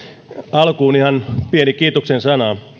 alkuun ihan pieni kiitoksen sana